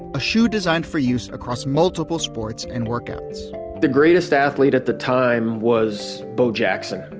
a shoe designed for use across multiple sports and workouts the greatest athlete at the time was bo jackson,